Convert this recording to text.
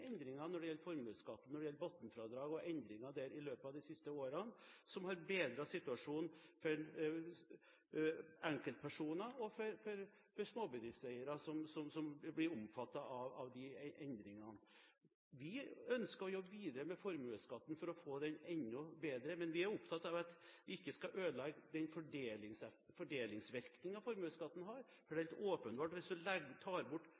endringer i løpet av de siste årene når det gjelder formuesskatt og når det gjelder bunnfradrag og endringer der. Det har bedret situasjonen for enkeltpersoner og for småbedriftseiere som blir omfattet av endringene. Vi ønsker å jobbe videre med formuesskatten for å få den enda bedre, men vi er opptatt av at vi ikke skal ødelegge den fordelingsvirkningen formuesskatten har. Det er helt åpenbart at hvis du tar bort